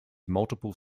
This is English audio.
multiple